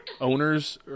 owners